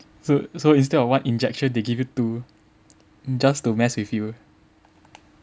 so so instead of one injection they give you two just to mess with you